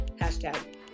Hashtag